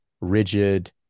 rigid